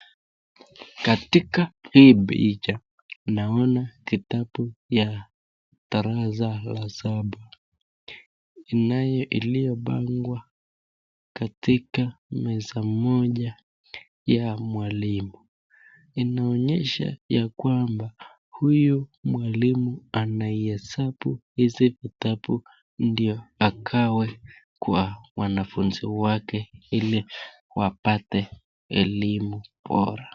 Katika hii picha naona kitabu ya darasa la saba iliyopangwa katika meza moja ya mwalimu inaonyesha ya kamba huyu mwalimu anahesabu hizi vitabu ndio akawe Kwa wanafunzi wake hili wapate elimu bora.